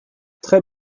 très